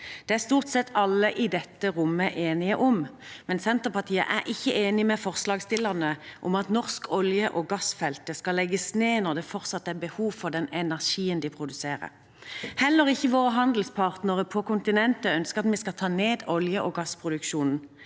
Det er stort sett alle i dette rommet enige om. Senterpartiet er imidlertid ikke enig med forslagsstillerne i at norske olje- og gassfelter skal legges ned når det fortsatt er behov for den energien de produserer. Heller ikke våre handelspartnere på kontinentet ønsker at vi skal ta ned olje- og gassproduksjonen.